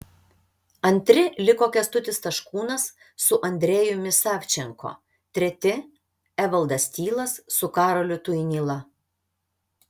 antri liko kęstutis taškūnas su andrejumi savčenko treti evaldas tylas su karoliu tuinyla